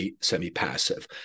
semi-passive